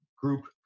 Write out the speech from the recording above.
group